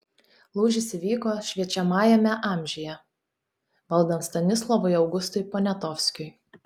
lūžis įvyko šviečiamajame amžiuje valdant stanislovui augustui poniatovskiui